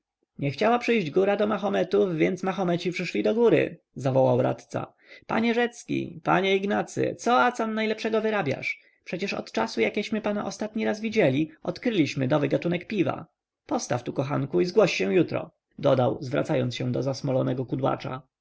nie chciała przyjść góra do mahometów więc mahomeci przyszli do góry zawołał radca panie rzecki panie ignacy co acan najlepszego wyrabiasz przecież od czasu jakeśmy pana ostatni raz widzieli odkryliśmy nowy gatunek piwa postaw tu kochanku i zgłoś się jutro dodał zwracając się do